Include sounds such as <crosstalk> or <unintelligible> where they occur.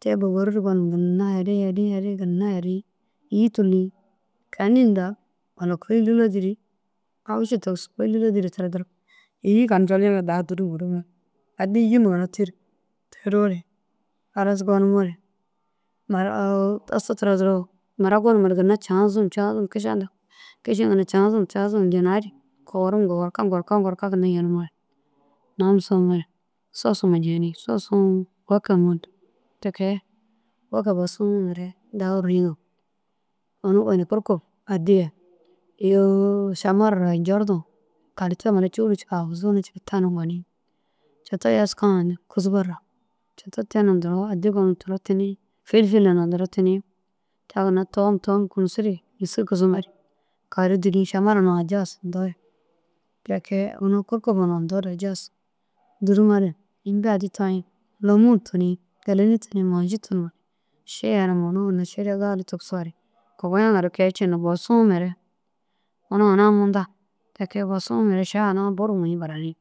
te bôboru gonum ginna herii herii herii ginna herii îyi tûliĩ kanûn walla kôi lûla dîre tira daha namoore îyi coljinige daha dûrum fûrii. Addi îyima ginna teroore halas gonumoore mura tasu tira duro mura gonumare ginna caazum caazum kiša inda kiši ginna caazum caazum caazum jinayi ru kogorum korka korka ginna yenimoore nam somore sos huma jenii. Sosuũ woka mundu ti kee woke bosu mire <unintelligible> ini ini kurkô addi ye iyoo simar njordu kalitê mura cûna cikii aguzu na ciimi. Ta na goni coto yeska na addi gonum duro tunii filfila na duro tunii ta ginna tom tom kunusu ru nêska kisimoore ka ru dûri. Šamala naa jaas indoore ti kee ina kûkuba na indoore jaas dûrumoore imbi addi toyi lômun tunii gîleni tum maji tum ši yenim ini ginna šire gali tigisoore. Kogoya keere cii ru bosuu mire una hunaa munda ti kee bosuũ mire ša hunaa buru mûyi burayinii.